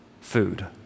food